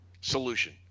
solution